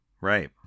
Right